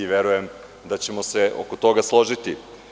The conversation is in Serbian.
Verujem da ćemo se oko toga složiti.